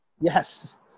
Yes